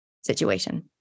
situation